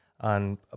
on